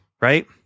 right